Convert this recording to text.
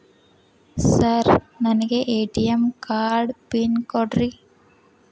Sir ನನಗೆ ATM card PIN ಕೊಡ್ರಿ?